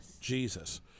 Jesus